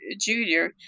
Junior